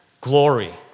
glory